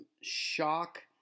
shock